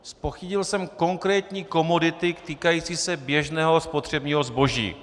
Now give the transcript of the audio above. Zpochybnil jsem konkrétní komodity týkající se běžného spotřebního zboží.